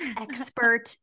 expert